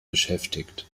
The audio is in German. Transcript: beschäftigt